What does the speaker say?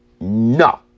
No